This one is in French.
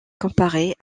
comparé